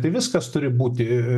tai viskas turi būti